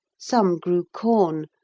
some grew corn,